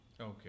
Okay